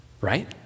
right